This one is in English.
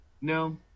No